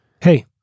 Hey